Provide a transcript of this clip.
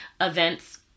events